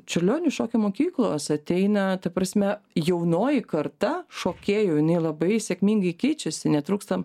čiurlionio šokio mokyklos ateina ta prasme jaunoji karta šokėjų jinai labai sėkmingai keičiasi netrūkstam